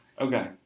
Okay